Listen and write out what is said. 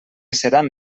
seran